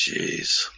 jeez